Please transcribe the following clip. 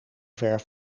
ver